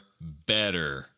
better